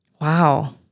Wow